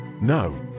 No